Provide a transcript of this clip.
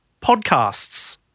podcasts